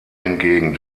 hingegen